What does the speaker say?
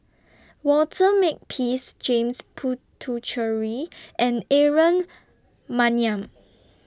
Walter Makepeace James Puthucheary and Aaron Maniam